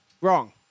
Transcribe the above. Wrong